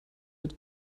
mit